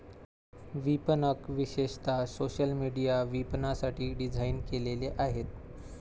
विपणक विशेषतः social media विपणनासाठी डिझाइन केलेले आहेत